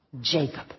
Jacob